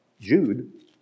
Jude